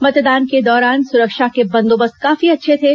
मतदान के दौरान सुरक्षा के बंदोबस्त काफी अच्छे थे